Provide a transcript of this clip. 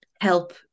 help